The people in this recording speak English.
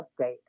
update